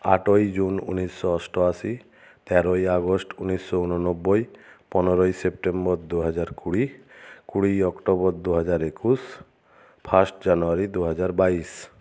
আটই জুন উনিশশো অষ্টআশি তেরোই আগস্ট উনিশশো উনোনব্বই পনেরোই সেপ্টেম্বর দুহাজার কুড়ি কুড়িই অক্টোবর দুহাজার একুশ ফার্স্ট জানুয়ারি দুহাজার বাইশ